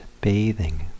bathing